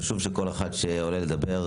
חשוב שכל אחד שעולה לדבר,